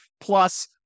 plus